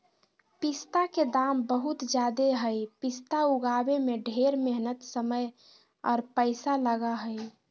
पिस्ता के दाम बहुत ज़्यादे हई पिस्ता उगाबे में ढेर मेहनत समय आर पैसा लगा हई